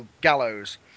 Gallows